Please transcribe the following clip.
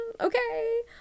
Okay